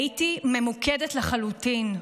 הייתי ממוקדת לחלוטין,